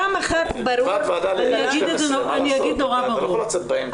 אני אגיד נורא ברור.